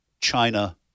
China